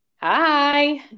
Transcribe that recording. Hi